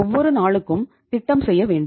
ஒவ்வொரு நாளுக்கும் திட்டம் செய்ய வேண்டும்